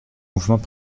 mouvements